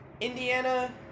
Indiana